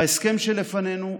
בהסכם שלפנינו,